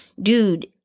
dude